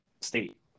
state